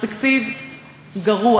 הוא תקציב גרוע,